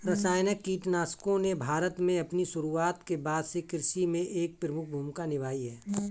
रासायनिक कीटनाशकों ने भारत में अपनी शुरूआत के बाद से कृषि में एक प्रमुख भूमिका निभाई है